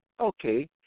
okay